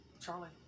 Charlie